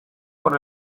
con